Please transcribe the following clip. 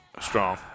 Strong